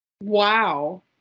wow